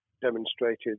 demonstrated